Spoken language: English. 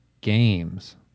Games